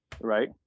right